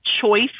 choice